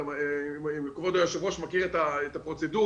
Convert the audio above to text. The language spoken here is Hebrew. אם כבוד היו"ר מכיר את הפרוצדורה,